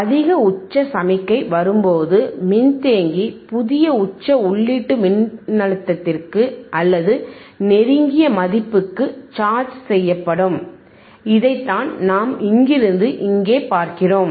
அதிக உச்ச சமிக்ஞை வரும்போது மின்தேக்கி புதிய உச்ச உள்ளீட்டு மின்னழுத்தத்திற்கு அல்லதுநெருங்கிய மதிப்புக்கு சார்ஜ் செய்யப்படும் இதைத்தான் நாம் இங்கிருந்து இங்கே பார்க்கிறோம்